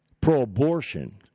pro-abortion